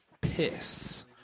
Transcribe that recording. Piss